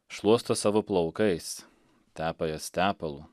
šluosto savo plaukais tepa jas tepalu